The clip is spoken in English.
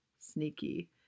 sneaky